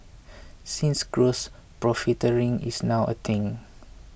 since gross profiteering is now a thing